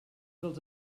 dels